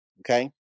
okay